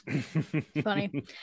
Funny